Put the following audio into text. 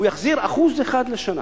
הוא יחזיר 1% לשנה.